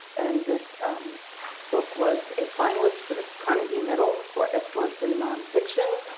and this book was a finalist for the carnegie medal for excellence in nonfiction.